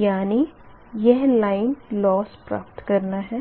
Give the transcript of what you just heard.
यानी यह line loss प्राप्त करना है